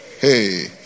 hey